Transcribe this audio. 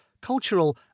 cultural